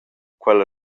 quella